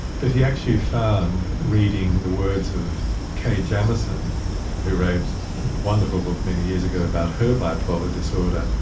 but he actually found reading the words of kay jamison who wrote a wonderful book many years ago about her bipolar disorder,